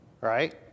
right